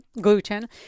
gluten